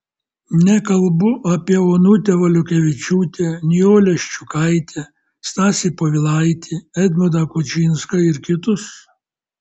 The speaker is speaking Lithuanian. nekalbu apie onutę valiukevičiūtę nijolę ščiukaitę stasį povilaitį edmundą kučinską ir kitus